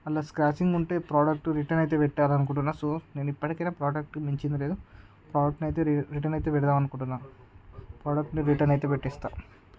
అలా స్క్రాచింగ్ ఉంటే product return అయితే పెట్టాలనుకుంటున్నాను సో నేను ఇప్పటికైనా ప్రొడక్ట్స్ని మించింది లేదు ప్రొడక్ట్ అయితే రిటన్ అయితే పెడదాం అనుకుంటున్నాను ప్రొడక్ట్ని రిటన్ అయితే పెట్టేస్తాను